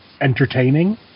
entertaining